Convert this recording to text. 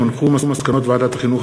מסקנות ועדת החינוך,